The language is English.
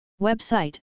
Website